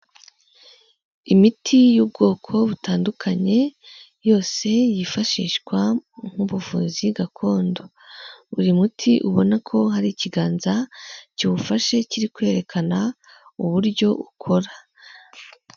Imiti y'ubwoko butandukanye yose yifashishwa nk'ubuvuzi gakondo, buri muti ubona ko hari ikiganza kiwufashe kiri kwerekana uburyo ukora.